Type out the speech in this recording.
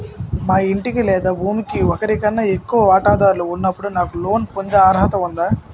మా ఇంటికి లేదా భూమికి ఒకరికన్నా ఎక్కువ వాటాదారులు ఉన్నప్పుడు నాకు లోన్ పొందే అర్హత ఉందా?